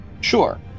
sure